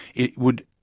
it would,